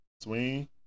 swing